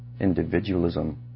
Individualism